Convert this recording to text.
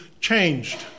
changed